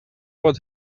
what